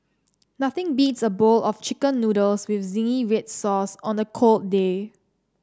nothing beats a bowl of chicken noodles with zingy red sauce on a cold day